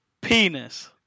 penis